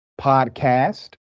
Podcast